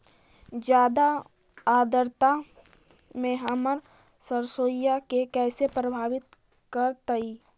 जादा आद्रता में हमर सरसोईय के कैसे प्रभावित करतई?